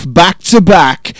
back-to-back